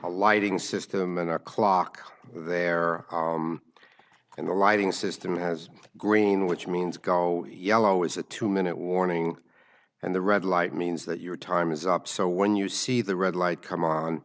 lighting system in our clock there in the lighting system as green which means go yellow is a two minute warning and the red light means that your time is up so when you see the red light come on